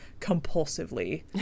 compulsively